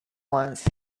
once